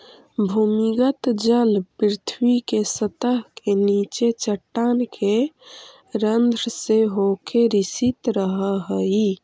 भूमिगत जल पृथ्वी के सतह के नीचे चट्टान के रन्ध्र से होके रिसित रहऽ हई